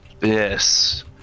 Yes